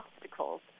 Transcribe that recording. obstacles